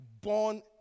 born